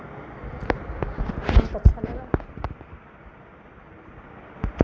बहुत अच्छा लगा